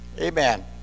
amen